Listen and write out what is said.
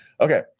okay